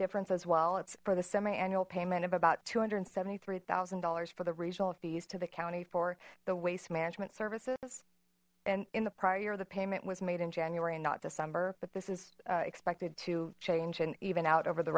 difference as well it's for the semi annual payment of about two hundred and seventy three thousand dollars for the regional fees to the county for the waste management services and in the prior year the payment was made in january and not december but this is expected to change and even out over the